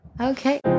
okay